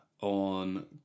on